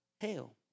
hell